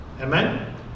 Amen